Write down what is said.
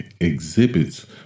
exhibits